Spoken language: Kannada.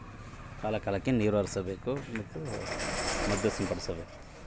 ಶೇಂಗಾ ಬೆಳೆಯಲ್ಲಿ ಬೆಳವಣಿಗೆ ಕುಂಠಿತವಾಗದಂತೆ ಕಾಪಾಡಲು ಏನು ಮಾಡಬೇಕು?